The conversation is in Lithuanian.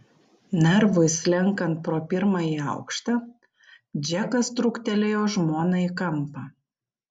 narvui slenkant pro pirmąjį aukštą džekas trūktelėjo žmoną į kampą